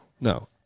no